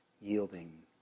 yielding